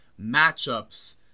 matchups